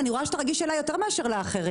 אני רואה שאתה רגיש אליי יותר מאשר לאחרים.